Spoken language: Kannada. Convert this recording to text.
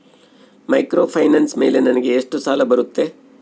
ಮೈಕ್ರೋಫೈನಾನ್ಸ್ ಮೇಲೆ ನನಗೆ ಎಷ್ಟು ಸಾಲ ಬರುತ್ತೆ?